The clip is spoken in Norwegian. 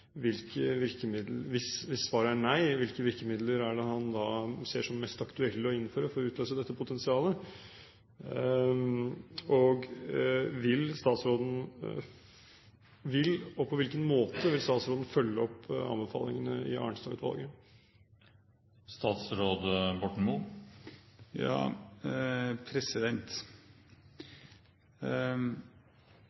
Hvilke virkemidler er det han da ser som mest aktuelle å innføre for å utløse dette potensialet? Vil statsråden, og på hvilken måte, følge opp anbefalingene i Arnstad-utvalget? Til spørsmålet om vi skal utløse potensialet: Ja,